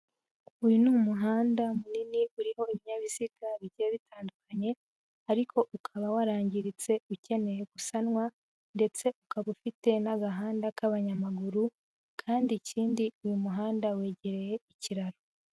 Uyu ni umuhanda munini uriho ibinyabiziga bigiye bitandukanye ariko ukaba warangiritse ukeneye gusanwa ndetse ukaba ufite n'agahanda k'abanyamaguru kandi ikindi uyu muhanda wegereye ikiraro.